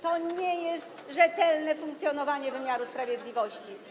To nie jest rzetelne funkcjonowanie wymiaru sprawiedliwości.